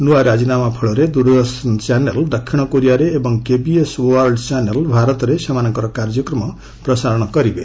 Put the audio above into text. ନୂଆ ରାଜିନାମା ଫଳରେ ଦୂରଦର୍ଶନ ଚ୍ୟାନେଲ ଦକ୍ଷିଣ କୋରିଆରେ ଏବଂ କେବିଏସ୍ ୱାର୍ଲ୍ଡ ଚ୍ୟାନେଲ ଭାରତରେ ସେମାନଙ୍କର କାର୍ଯ୍ୟକ୍ମ ପ୍ରସାରଣ କରିବେ